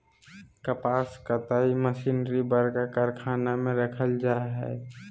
कपास कताई मशीनरी बरका कारखाना में रखल जैय हइ